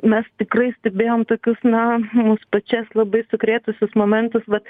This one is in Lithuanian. mes tikrai stebėjom tokius na mus pačias labai sukrėtusius momentus vat